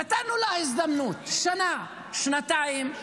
נתנו לה הזדמנות, שנה, שנתיים,